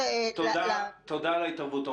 תודה על ההתערבות.